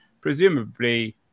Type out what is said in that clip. Presumably